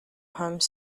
home